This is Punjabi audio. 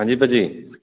ਹਾਂਜੀ ਭਾਅ ਜੀ